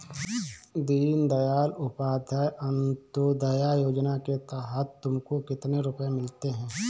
दीन दयाल उपाध्याय अंत्योदया योजना के तहत तुमको कितने रुपये मिलते हैं